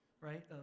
right